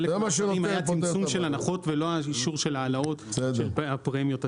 היה צמצום של הנחות ולא אישור של העלאות של הפרמיות הצמודות.